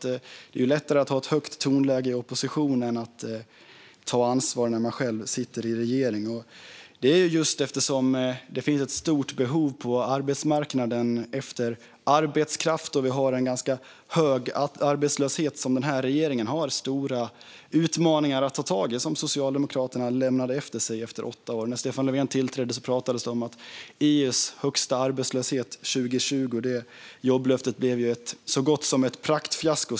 Det är lättare att ha ett högt tonläge i opposition än att ta ansvar när man själv sitter i regeringen. Det är just eftersom det finns ett stort behov av arbetskraft på arbetsmarknaden och vi har en ganska hög arbetslöshet som denna regering har stora utmaningar att ta tag i som Socialdemokraterna lämnade efter sig efter åtta år. När Stefan Löfven tillträdde pratades det om att Sverige skulle ha EU:s lägsta arbetslöshet 2020. Detta jobblöfte blev så gott som ett praktfiasko.